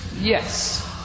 yes